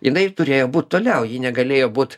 jinai turėjo būt toliau ji negalėjo būt